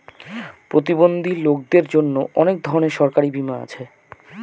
প্রতিবন্ধী লোকদের জন্য অনেক ধরনের সরকারি বীমা আছে